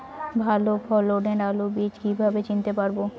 ভালো ফলনের আলু বীজ কীভাবে চিনতে পারবো?